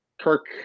Kirk